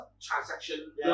transaction